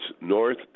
north